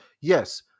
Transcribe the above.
Yes